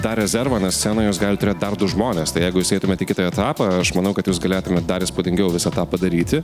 tą rezervą nes scenoj jūs galit turėt dar du žmones tai jeigu jūs eitumėt į kitą etapą aš manau kad jūs galėtumėt dar įspūdingiau visą tą padaryti